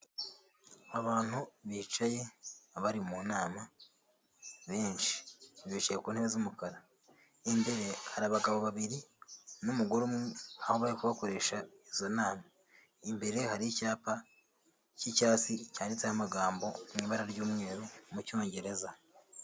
Abantu bicaye bariri mu nama benshi, bicaye ku ntebe z'umukara. Imbere hari abagabo babiri n'umugore umwe aho bari kubakoresha izo nama. Imbere hari icyapa cy'icyatsi cyanditseho amagambo mu ibara ry'umweru mu cyongereza.